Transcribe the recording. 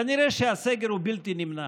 כנראה שהסגר הוא בלתי נמנע.